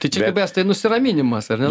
tai čia kaip estai nusiraminimas ar ne